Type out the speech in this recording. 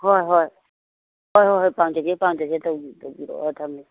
ꯍꯣꯏ ꯍꯣꯏ ꯍꯣꯏ ꯍꯣꯏ ꯄꯥꯡꯖꯒꯦ ꯄꯥꯡꯖꯒꯦ ꯇꯧꯕꯤꯔꯛꯑꯣ ꯊꯝꯃꯦ